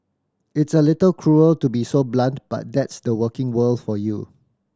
it's a little cruel to be so blunt but that's the working world for you